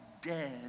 dead